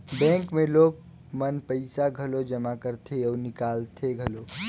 bank मे लोग मन पइसा घलो जमा करथे अउ निकालथें घलो